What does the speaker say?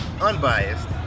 unbiased